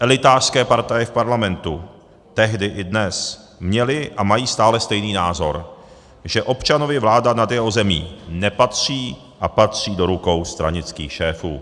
Elitářské partaje v parlamentu tehdy i dnes měly a mají stále stejný názor, že občanovi vláda nad jeho zemí nepatří a patří do rukou stranických šéfů.